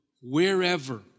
wherever